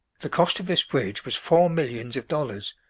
the cost of this bridge was four millions of dollars,